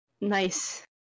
Nice